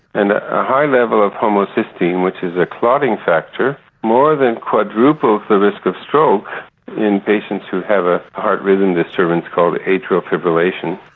and a high level of homocysteine, which is a clotting factor, more than quadruples the risk of stroke in patients who have a heart rhythm the surgeons called atrial fibrillation,